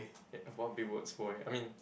eh what big words boy I mean